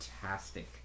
fantastic